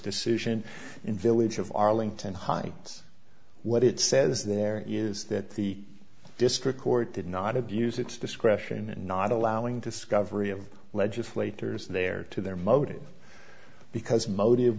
decision in village of arlington heights what it says there is that the district court did not abuse its discretion and not allowing discovery of legislators there to their motive because motive